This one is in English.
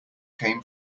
came